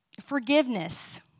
forgiveness